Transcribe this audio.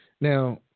Now